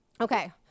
okay